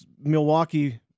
Milwaukee